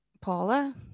Paula